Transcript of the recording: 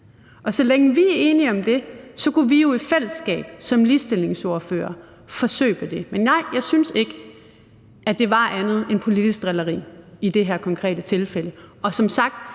Og så længe vi er enige om det, kunne vi jo i fællesskab som ligestillingsordførere forsøge på det. Men nej, jeg synes ikke, at det var andet end politisk drilleri i det her konkrete tilfælde. Og som sagt